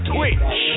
Twitch